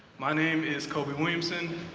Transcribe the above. my name is khobi williamson.